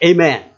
Amen